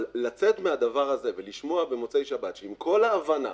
אבל לצאת מהדבר הזה ולשמוע במוצאי שבת שעם כל ההבנה